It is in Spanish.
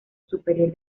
superior